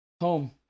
Home